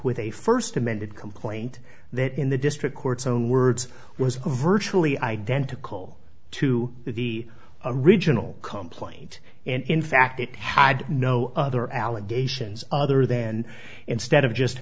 with a first amended complaint that in the district court's own words was virtually identical to the original complaint and in fact it had no other allegations other than instead of just